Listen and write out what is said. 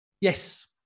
yes